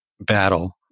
battle